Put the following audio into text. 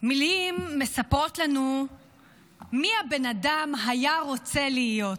מילים מספרות לנו מי הבן אדם היה רוצה להיות,